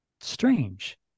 strange